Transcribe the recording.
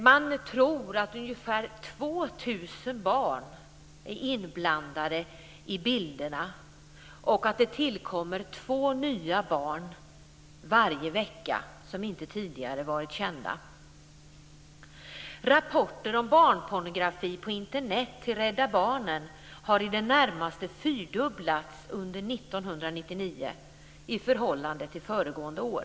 Man tror att ungefär 2 000 barn är inblandade i bilderna och att det tillkommer två nya barn varje vecka som inte tidigare har varit kända. Rapporter till Rädda Barnen om barnpornografi på Internet har i det närmaste fyrdubblats under 1999 i förhållande till föregående år.